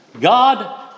God